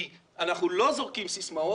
אנחנו לא זורקים סיסמאות.